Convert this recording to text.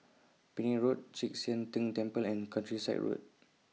Penang Road Chek Sian Tng Temple and Countryside Road